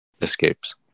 Escapes